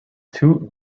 two